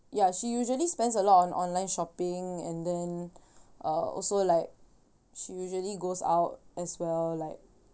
ya she usually spends a lot on online shopping and then uh also like she usually goes out as well like